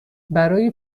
برای